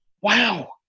Wow